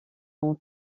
ont